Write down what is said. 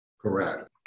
Correct